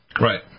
Right